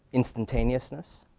instantaneousness,